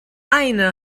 eine